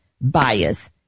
bias